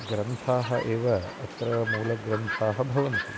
ग्रन्थाः एव अत्र मूलग्रन्थाः भवन्ति